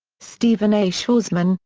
stephen a. schwarzman,